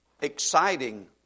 exciting